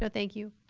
so thank you.